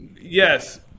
Yes